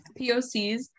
POCs